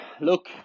look